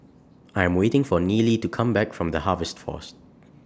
I'm waiting For Nealy to Come Back from The Harvest Force